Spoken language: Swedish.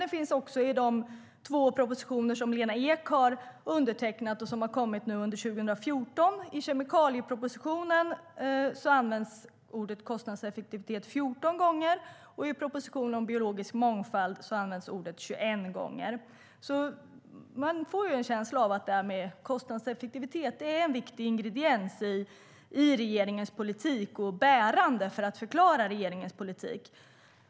Det finns också i de två propositioner som Lena Ek har undertecknat och som har kommit under 2014. I kemikaliepropositionen används "kostnadseffektivt" 14 gånger, och i propositionen om biologisk mångfald används det 21 gånger. Man får en känsla av att kostnadseffektivitet är en viktig ingrediens i regeringens politik och bärande för att förklara regeringens politik.